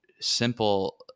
simple